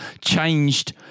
changed